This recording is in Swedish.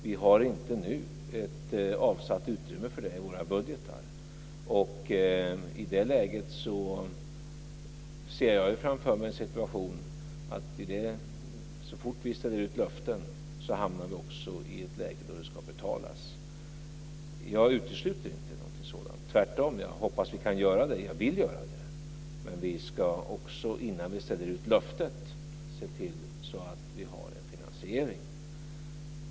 Vi har inte nu ett avsatt utrymme för det i våra budgetar, och i det läget ser jag framför mig den situationen att så fort vi ställer ut löften så hamnar vi också i ett läge då de ska betalas. Jag utesluter inte någonting sådant. Tvärtom: Jag hoppas att vi kan göra det, och jag vill göra det, men vi ska också, innan vi ställer ut löftet, se till så att vi har en finansiering.